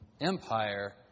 Empire